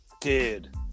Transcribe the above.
dude